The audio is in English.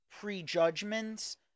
prejudgments